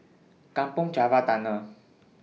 Kampong Java Tunnel